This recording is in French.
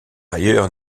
ailleurs